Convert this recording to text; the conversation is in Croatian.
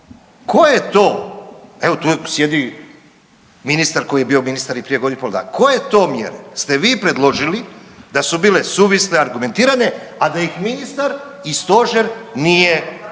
koje to, evo tu sjedi ministar koji je bio ministar i prije godinu i pol dana, koje to mjere ste vi predložili da su bile suvisle i argumentirane, a da ih ministar i stožer nije, nije